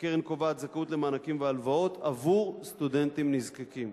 הקרן קובעת זכאות למענקים והלוואות עבור סטודנטים נזקקים.